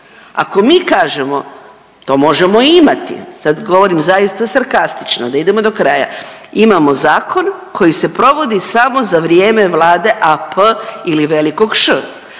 Ako mi kažemo, to možemo imati, sad govorim zaista sarkastično da idemo do kraja, imamo zakon koji se provodi samo za vrijeme Vlade AP ili velikog Š,